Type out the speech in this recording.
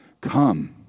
come